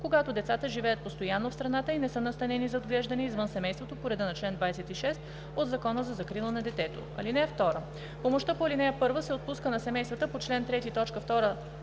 когато децата живеят постоянно в страната и не са настанени за отглеждане извън семейството по реда на чл. 26 от Закона за закрила на детето. (2) Помощта по ал. 1 се отпуска на семейства по чл. 3,